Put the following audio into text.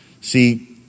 See